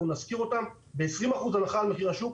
אנחנו נשכיר אותן ב-20% הנחה על מחיר השוק,